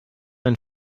ein